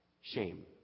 shame